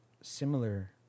similar